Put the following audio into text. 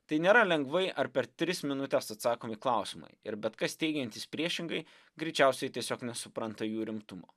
tai nėra lengvai ar per tris minutes atsakomi klausimai ir bet kas teigiantis priešingai greičiausiai tiesiog nesupranta jų rimtumo